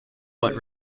what